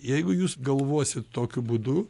jeigu jūs galvosit tokiu būdu